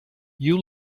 you